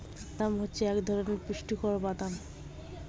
চীনা বাদাম হচ্ছে এক ধরণের পুষ্টিকর বাদাম